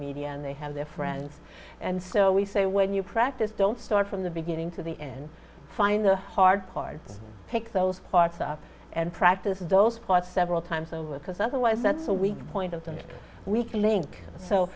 media and they have their friends and so we say when you practice don't start from the beginning to the end find the hard parts pick those parts up and practice those parts several times over because otherwise that's a weak point of that we can link so